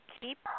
keep